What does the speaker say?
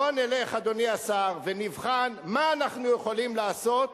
בוא נלך, אדוני השר, ונבחן מה אנחנו יכולים לעשות